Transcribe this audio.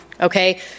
Okay